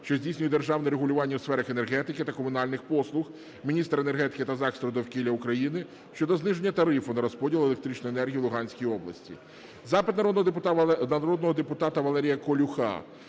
що здійснює державне регулювання у сферах енергетики та комунальних послуг, міністра енергетики та захисту довкілля України щодо зниження тарифу на розподіл електричної енергії у Луганській області. Запит народного депутата Валерія Колюха